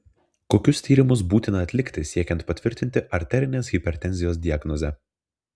kokius tyrimus būtina atlikti siekiant patvirtinti arterinės hipertenzijos diagnozę